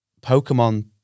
Pokemon